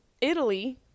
Italy